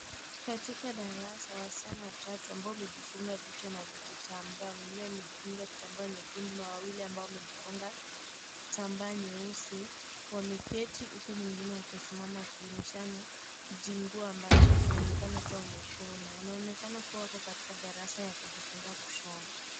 Katika darasa , wasichana watatu ambao wamejifunga kichwa na vijitambaa nyekundu na wawili wamejifunika kitambaa nyeusi , wameketi huku mwengine kijinguu ambacho ameonekana kuwa hapo darasa ku ameshona , wako katika darasa ya kujifunza kushona.